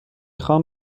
خوام